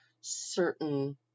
certain